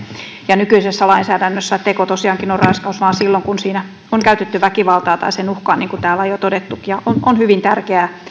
ja nykyisessä lainsäädännössä teko tosiaankin on raiskaus vain silloin kun siinä on käytetty väkivaltaa tai sen uhkaa niin kuin täällä jo on todettukin ja on on hyvin tärkeää